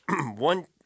one